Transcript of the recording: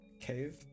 cave